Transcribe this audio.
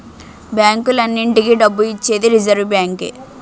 బ్యాంకులన్నింటికీ డబ్బు ఇచ్చేది రిజర్వ్ బ్యాంకే